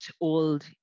old